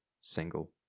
single